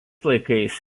laikais